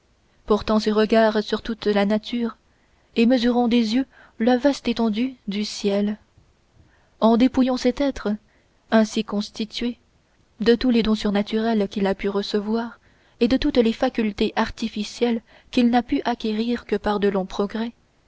portant ses regards sur toute la nature et mesurant des yeux la vaste étendue du ciel en dépouillant cet être ainsi constitué de tous les dons surnaturels qu'il a pu recevoir et de toutes les facultés artificielles qu'il n'a pu acquérir que par de longs progrès